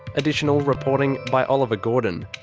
additional reporting by oliver gordon.